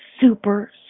super